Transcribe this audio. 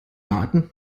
daten